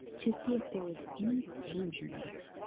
to see if there was any danger near.